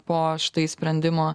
po štai sprendimo